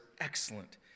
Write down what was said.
excellent